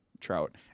trout